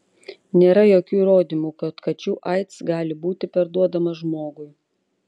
nėra jokių įrodymų kad kačių aids gali būti perduodamas žmogui